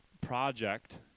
project